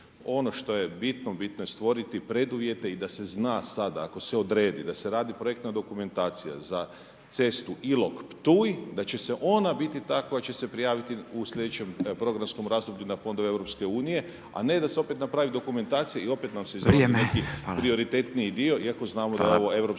Ono što je bitno, bitno je stvoriti preduvjete i da se zna sad ako se odredi da se radi projektna dokumentacija za cestu Ilok Ptuj da će ona biti ta koja će se prijaviti u sljedećem programskom razdoblju na fondove EU a ne da se opet napravi dokumentacija i opet nam se .../Govornik se ne razumije./... neki prioritetni dio iako znamo da je ovo